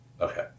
Okay